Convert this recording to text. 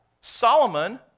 Solomon